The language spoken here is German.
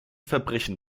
verbrechen